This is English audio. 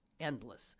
endless